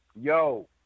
Yo